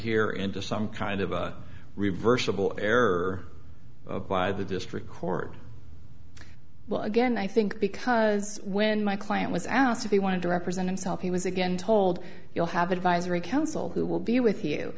here into some kind of a reversible error by the district court well again i think because when my client was asked if he wanted to represent himself he was again told you'll have advisory council who will be with you